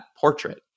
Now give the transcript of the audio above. portrait